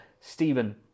Stephen